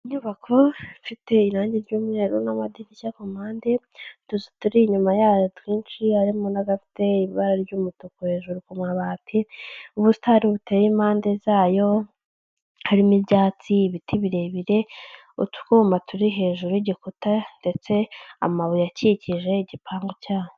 Inyubako ifite irangi ry'umweru n'amadirishya ku mpande, utuzu turi inyuma yayo twinshi harimo n'agafite ibara ry'umutuku hejuru ku mabati, ubusitani buteye impande zayo harimo ibyatsi, ibiti birebire, utwuma turi hejuru y'igikuta ndetse amabuye akikije igipangu cyayo.